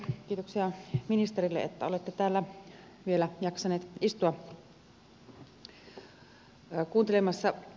kiitoksia ministerille että olette täällä vielä jaksanut istua kuuntelemassa näitä puheita